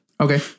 Okay